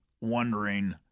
wondering